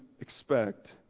expect